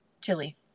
Tilly